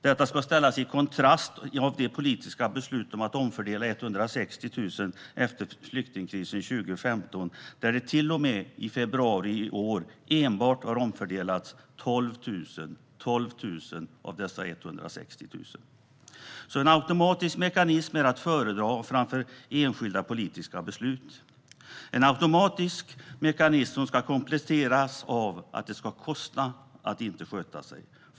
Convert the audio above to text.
Detta ska ses i ljuset av det politiska beslutet att omfördela 160 000 efter flyktingkrisen 2015 och där det fram till februari i år enbart har omfördelats 12 000 av de 160 000. En automatisk mekanism är alltså att föredra framför enskilda politiska beslut. En automatisk mekanism ska kompletteras av att det ska kosta att inte sköta sig.